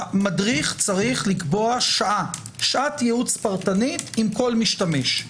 המדריך צריך לקבוע שעת ייעוץ פרטני עם כל משתמש,